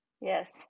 yes